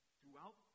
throughout